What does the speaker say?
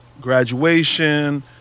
graduation